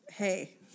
Hey